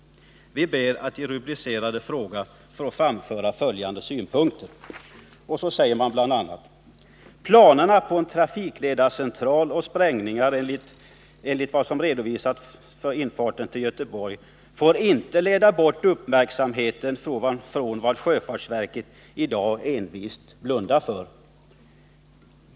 Vi ber att i rubricerade fråga få framföra följande synpunkter: 3. Planerna på en trafikledarcentral och sprängningar enl ovan får ej leda bort uppmärksamheten från vad Sjöfartsverket idag envist blundar för.